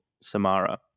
Samara